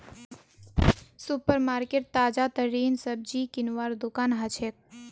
super market ताजातरीन सब्जी किनवार दुकान हछेक